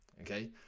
okay